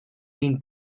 been